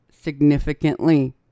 significantly